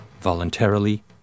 voluntarily